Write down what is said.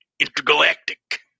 intergalactic